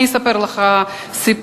אני אספר לך סיפור,